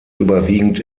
überwiegend